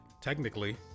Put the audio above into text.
technically